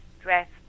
dressed